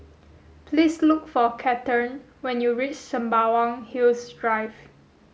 please look for Cathern when you reach Sembawang Hills Drive